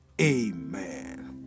amen